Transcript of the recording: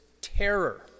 terror